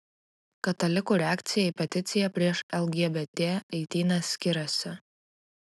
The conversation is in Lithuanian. katalikų reakcija į peticiją prieš lgbt eitynes skiriasi